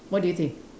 what do you think